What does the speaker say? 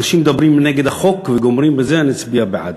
אנשים מדברים נגד החוק וגומרים בזה: אני אצביע בעד.